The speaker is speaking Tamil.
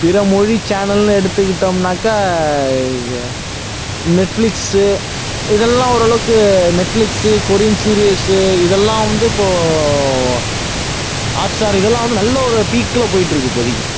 பிறமொழி சேனல்னு எடுத்துகிட்டோம்னாக்கா நெட்ப்ளிக்ஸு இதெல்லாம் ஓரளவுக்கு நெட்ப்ளிக்ஸு கொரியன் சீரியஸ்ஸு இதெல்லாம் வந்து இப்போது ஹாட்ஸ்டார் இதெல்லாம் வந்து நல்ல ஒரு பீக்கில போயிட்டிருக்கு இப்போதிக்கு